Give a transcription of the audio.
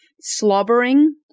slobbering